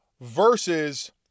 versus